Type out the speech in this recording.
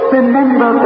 Remember